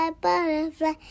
butterfly